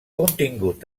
contingut